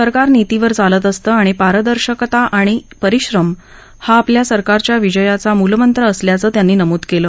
सरकार नीतीवर चालत असतं आणि पारदर्शकात आणि परिश्रम हा आपल्या सरकारच्या विजयाचा मूलमंत्र असल्याचं त्यांनी नमूद केलं